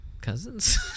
cousins